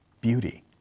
beauty